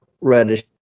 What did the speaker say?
Reddish